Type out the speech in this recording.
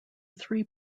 three